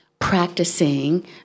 practicing